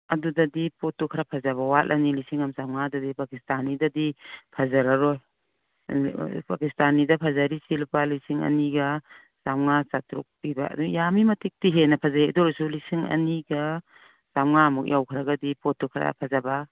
ꯑꯗꯨꯗꯗꯤ ꯄꯣꯠꯇꯨ ꯈꯔ ꯐꯖꯕ ꯋꯥꯠꯂꯅꯤ ꯂꯤꯁꯤꯡ ꯑꯃ ꯆꯃꯉꯥꯗꯗꯤ ꯄꯀꯤꯁꯇꯥꯅꯤꯗꯗꯤ ꯐꯖꯔꯔꯣꯏ ꯄꯀꯤꯁꯇꯥꯅꯤꯗ ꯐꯖꯔꯤꯁꯤ ꯂꯨꯄꯥ ꯂꯤꯁꯤꯡ ꯑꯅꯤꯒ ꯆꯃꯉꯥ ꯆꯥꯇꯔꯨꯛ ꯄꯤꯕ ꯌꯥꯝꯃꯤ ꯃꯇꯤꯛꯇꯤ ꯍꯦꯟꯅ ꯐꯖꯩ ꯑꯗꯨ ꯑꯣꯏꯔꯁꯨ ꯂꯤꯁꯤꯡ ꯑꯅꯤꯒ ꯆꯃꯉꯥꯃꯨꯛ ꯌꯧꯈ꯭ꯔꯒꯗꯤ ꯄꯣꯠꯇꯨ ꯈꯔ ꯐꯖꯕ